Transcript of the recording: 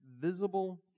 visible